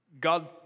God